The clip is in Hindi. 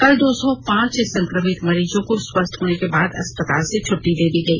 कल दो सौ पांच संक्रमित मरीजों को स्वस्थ्य होने के बाद अस्पताल से छट्टी दे दी गई